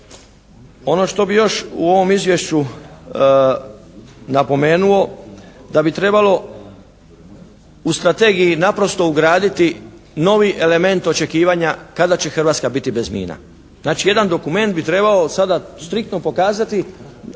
Ono što bih još u ovom izvješću napomenuo da bi trebalo u strategiji naprosto ugraditi novi element očekivanja kada će Hrvatska biti bez mina. Znači jedan dokument bi trebao sada striktno pokazati,